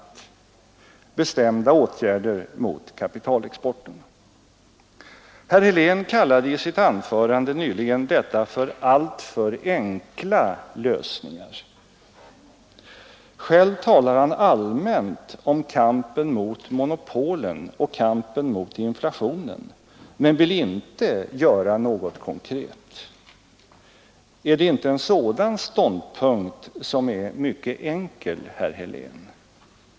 Herr Helén kallade i sitt anförande detta alltför enkla lösningar. Själv talar han allmänt om kampen mot monopolen och kampen mot inflationen, men vill inte göra något konkret. Är det inte en sådan ståndpunkt som är mycket enkel, herr Helén?